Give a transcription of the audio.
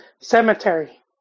cemetery